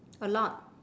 a lot